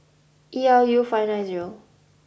E L U five nine zero